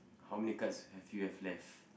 how many cards have you have left